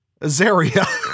Azaria